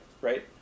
right